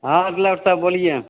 हाँ साहब बोलिए